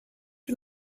you